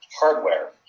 hardware